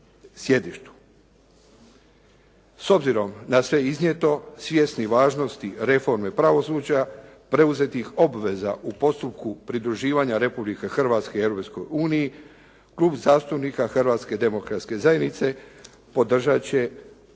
S obzirom na sve iznijeto, svjesni važnosti reforme pravosuđa, preuzetih obveza u postupku pridruživanja Republike Hrvatske Europskoj uniji, Klub zastupnika Hrvatske demokratske zajednice podržati će